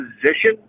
position